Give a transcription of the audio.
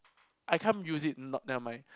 I can't use it not nevermind